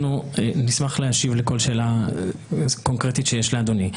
אנחנו נשמח להשיב לכל שאלה קונקרטית שיש לאדוני.